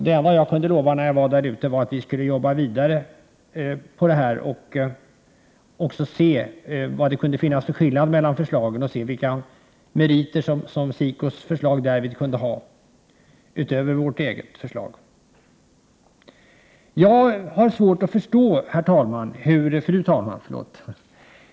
Det enda som jag kunde lova där ute var att vi skulle arbeta vidare med frågorna och se efter vilka skillnader som föreligger mellan förslagen samt vilka meriter som SIKO:s förslag kan ha jämfört med vårt eget förslag.